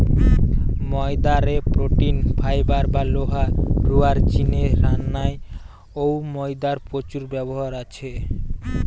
ময়দা রে protein, fibre বা লোহা রুয়ার জিনে রান্নায় অউ ময়দার প্রচুর ব্যবহার আছে